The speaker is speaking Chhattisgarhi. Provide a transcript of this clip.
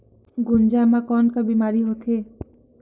गुनजा मा कौन का बीमारी होथे?